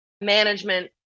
management